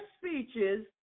speeches